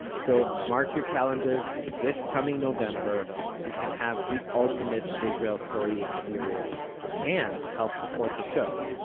so mark your calendars this coming november you can have the ultimate israel story experience and help support the show.